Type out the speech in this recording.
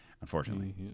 unfortunately